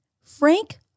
Frank